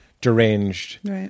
deranged